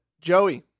Joey